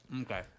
Okay